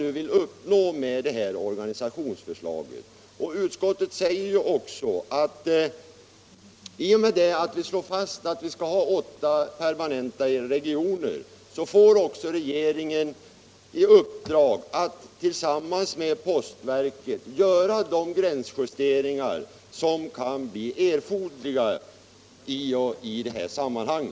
Utskottet skriver ju också att i och med att vi slår fast att det skall finnas åtta permanenta regioner får regeringen i uppdrag att tillsammans med postverket göra de gränsjusteringar som kan bli erforderliga i detta sammanhang.